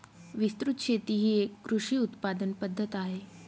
विस्तृत शेती ही एक कृषी उत्पादन पद्धत आहे